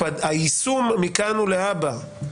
הזה היישום מכאן ולהבא,